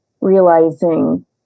realizing